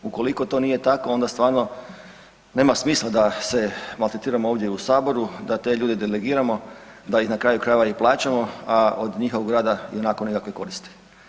Ukoliko to nije tako onda stvarno nema smisla da se maltretiramo ovdje u Saboru, da te ljude delegiramo, da ih na kraju krajeva i plaćamo, a od njihovog rada ionako nikakve koristi.